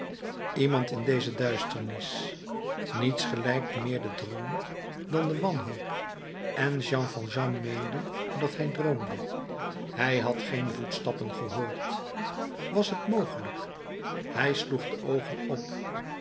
iemand in deze duisternis niets gelijkt meer den droom dan de wanhoop en jean valjean meende dat hij droomde hij had geen voetstappen gehoord was het mogelijk hij sloeg de oogen op